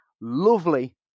lovely